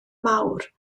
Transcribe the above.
mawr